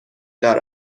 دار